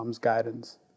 guidance